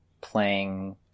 playing